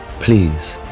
please